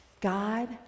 God